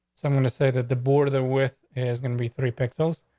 so i'm going to say that the border with is going to be three pixels.